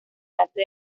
arte